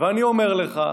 דברו איתו.